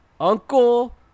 Uncle